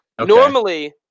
normally